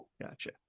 Gotcha